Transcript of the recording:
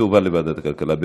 והיא תועבר לוועדת הכלכלה.